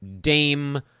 Dame